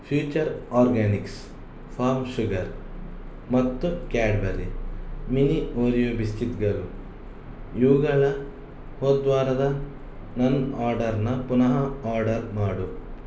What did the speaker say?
future Organics farm sugar ಮತ್ತು Cadbury mini Oreo ಬಿಸ್ಕತ್ಗಳು ಇವುಗಳ ಹೋದ್ವಾರದ ನನ್ನ ಆರ್ಡರನ್ನ ಪುನಃ ಆರ್ಡರ್ ಮಾಡು